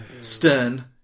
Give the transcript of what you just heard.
stern